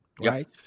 right